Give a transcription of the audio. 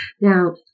Now